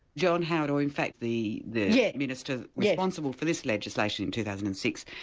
john howard, or in fact the the yeah minister responsible for this legislation in two thousand and six,